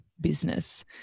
business